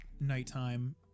nighttime